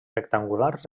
rectangulars